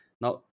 now